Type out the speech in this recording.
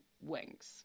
wings